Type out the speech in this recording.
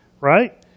right